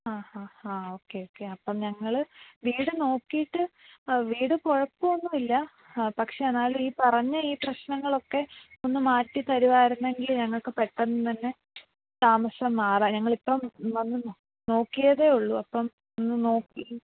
അ ആ ആ okay okay അപ്പോൾ ഞങ്ങൾ വീട് നോക്കിയിട്ട് വീട് കുഴപ്പമൊന്നുമില്ല പക്ഷേ എന്നാലും ഈ പറഞ്ഞ ഈ പ്രശ്നങ്ങളൊക്കെ ഒന്ന് മാറ്റിത്തരുമായിരുന്നെങ്കിൽ ഞങ്ങൾക്ക് പെട്ടന്ന് തന്നെ താമസം മാറാം ഞങ്ങൾ ഇപ്പം വന്ന് നോക്കിയതെ ഉള്ളു അപ്പം ഒന്ന് നോക്കി